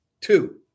two